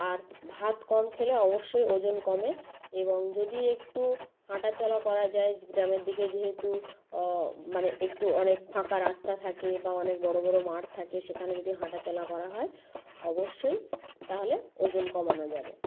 আর ভাত কম খেলে অবশ্যই ওজন কমে এবং যদি একটু হাঁটা চলা করা যায় গ্রামের দিকে যেহেতু মানে একটু অনেক ফাঁকা রাস্তা থাকে বা অনেক বড়ো বড়ো মাঠ থাকে সেখানে যদি হাঁটাচলা করা হয় অবশ্যই তাহলে ওজন কমানো যাবে